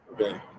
Okay